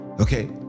okay